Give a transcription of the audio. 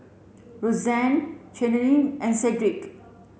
Rozanne Cheyenne and Cedrick